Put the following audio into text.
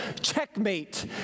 checkmate